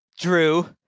Drew